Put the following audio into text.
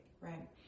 right